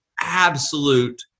absolute